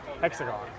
Hexagon